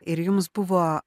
ir jums buvo